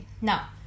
Now